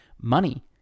money